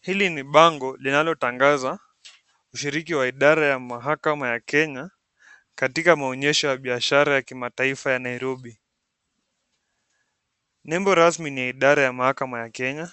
Hili ni bango linalotangaza ushiriki wa idara ya mahakama ya kenya katika maonyesho ya kibiashara ya Nairobi. Nembo rasmi ni idara ya mahakama ya kenya